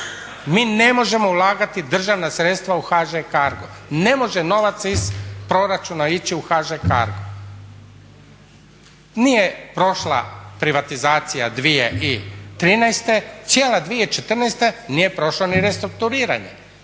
Mi ne možemo ulagati državna sredstva u HŽ CARGO. Ne može novac iz proračuna ići u HŽ CARGO. Nije prošla privatizacija 2013., cijele 2014. nije prošlo ni restrukturiranje.